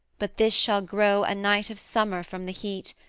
but this shall grow a night of summer from the heat,